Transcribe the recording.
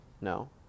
no